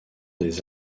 des